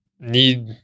need